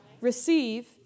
receive